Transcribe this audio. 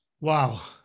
Wow